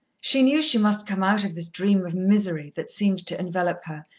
she knew she must come out of this dream of misery that seemed to envelop her,